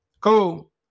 cool